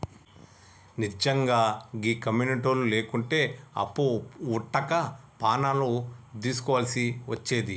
నిజ్జంగా గీ కమ్యునిటోళ్లు లేకుంటే అప్పు వుట్టక పానాలు దీస్కోవల్సి వచ్చేది